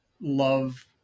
love